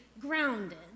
grounded